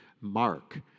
Mark